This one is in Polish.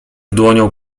dłonią